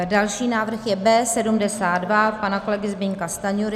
Další návrh je B72 pana kolegy Zbyňka Stanjury.